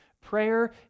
Prayer